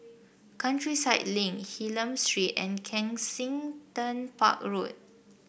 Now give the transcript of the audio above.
Countryside Link Hylam Street and Kensington Park Road